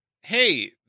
Hey